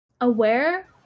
aware